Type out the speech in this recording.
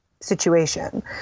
situation